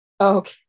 Okay